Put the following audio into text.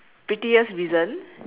prettiest reason